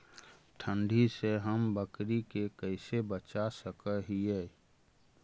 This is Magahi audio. ठंडी से हम बकरी के कैसे बचा सक हिय?